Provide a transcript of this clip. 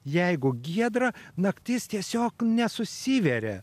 jeigu giedra naktis tiesiog nesusiveria